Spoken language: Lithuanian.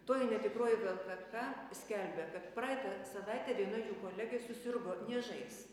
toj netikroj vlkk skelbia kad praeitą savaitę viena jų kolegė susirgo niežais